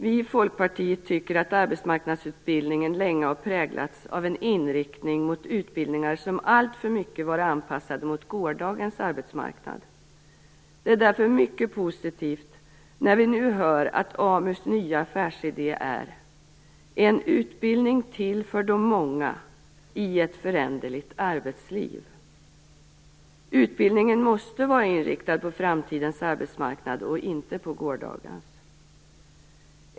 Vi i Folkpartiet tycker att arbetsmarknadsutbildningen länge har präglats av en inriktning mot utbildningar som alltför mycket varit anpassade till gårdagens arbetsmarknad. Det är därför mycket positivt när vi nu hör att Amu:s nya affärsidé är: En utbildning till för de många i ett föränderligt arbetsliv. Utbildningen måste vara inriktad på framtidens arbetsmarknad och inte på gårdagens.